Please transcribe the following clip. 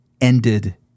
ended